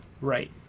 Right